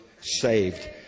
Saved